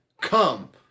come